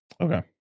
Okay